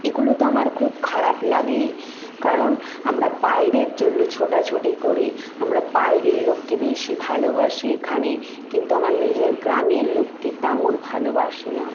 এগুলো তো আমার খুব খারাপ লাগেই কারণ আমরা বাইরের জন্য ছোটাছুটি করি আমরা বায়রের লোককে বেশি ভালোবাসি এখানে কিন্তু আমার নিজের গ্রামের লোককে তেমন ভালোবাসি না